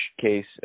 case